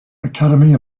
academy